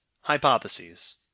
hypotheses